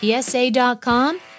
PSA.com